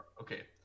Okay